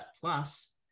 plus